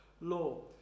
law